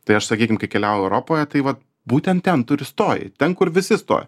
tai aš sakykim kai keliauju europoje tai va būtent ten tu ir stoji ten kur visi stoja